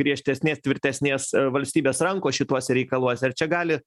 griežtesnės tvirtesnės valstybės rankos šituose reikaluose ar čia gali